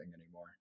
anymore